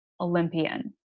Olympian